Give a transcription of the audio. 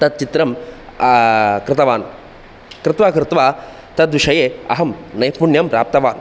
तच्चित्रं कृतवान् कृत्वा कृत्वा तद्विषये अहं नैपुण्यं प्राप्तवान्